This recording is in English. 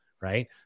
Right